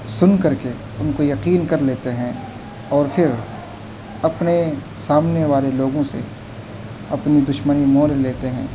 سن کر کے ان کو یقین کر لیتے ہیں اور پھر اپنے سامنے والے لوگوں سے اپنی دشمنی مول لے لیتے ہیں